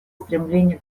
стремление